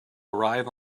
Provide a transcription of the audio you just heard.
arrive